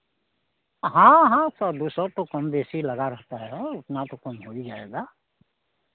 हाँ हाँ सौ दो सौ तो कम बेस ही लगा रहता है उतना तो कम हो ही जाएगा